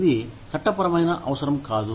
ఇది చట్టపరమైన అవసరం కాదు